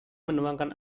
menuangkan